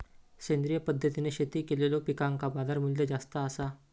सेंद्रिय पद्धतीने शेती केलेलो पिकांका बाजारमूल्य जास्त आसा